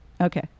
Okay